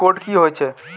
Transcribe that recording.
Code की होय छै?